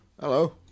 hello